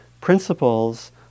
principles